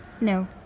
No